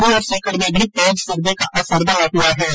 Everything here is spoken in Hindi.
चूरू और सीकर में भी तेज सर्दी का असर बना हुआ है